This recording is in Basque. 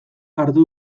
hartu